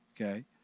Okay